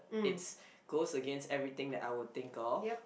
it's goes against everything that I would think of